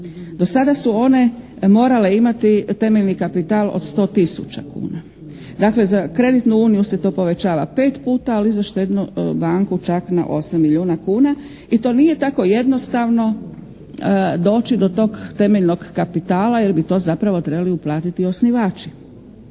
Do sada su one morale imati temeljni kapital od 100 tisuća. Dakle za kreditnu uniju se to povećava 5 puta, ali za štednu banku čak na 8 milijuna kuna i to nije tako jednostavno doći do tog temeljnog kapitala jer bi to zapravo trebali uplatiti osnivači.